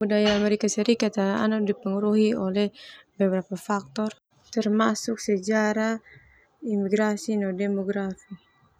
Budaya Amerika Serikat ah ana dipengaruhi oleh beberapa faktor, termasuk sejarah, imigrasi, no demografi.